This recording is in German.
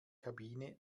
kabine